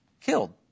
killed